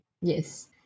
Yes